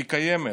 היא קיימת,